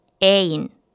Ain